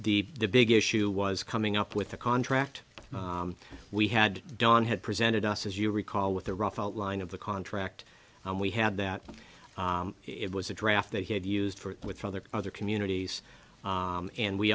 the the big issue was coming up with a contract we had done had presented us as you recall with a rough outline of the contract and we had that it was a draft that he had used for with other other communities and we